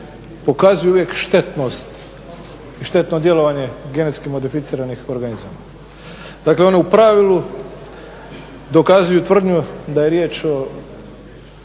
pokazuju uvijek štetnost i štetno djelovanje genetski modificiranih organizama. Dakle, one u pravilu dokazuju tvrdnju da je riječ o